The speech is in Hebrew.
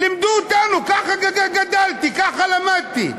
לימדו אותנו, ככה גדלתי, ככה למדתי.